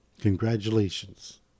congratulations